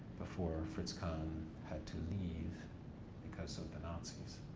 before fritz kahn had to leave because so of the nazi's.